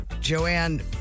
Joanne